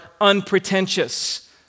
unpretentious